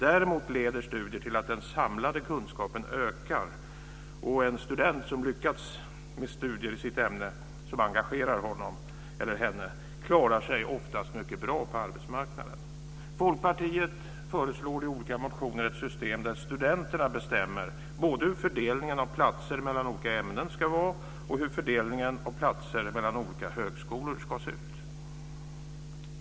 Däremot leder studier till att den samlade kunskapen ökar, och en student som lyckats med studier i ett ämne som engagerar honom eller henne klarar sig oftast mycket bra på arbetsmarknaden. Folkpartiet föreslår i olika motioner ett system där studenterna bestämmer både hur fördelningen av platser mellan olika ämnen ska vara och hur fördelningen på platser mellan olika högskolor ska se ut.